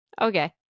okay